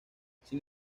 sin